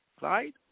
right